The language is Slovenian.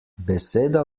beseda